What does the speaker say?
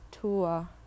tour